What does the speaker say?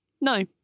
No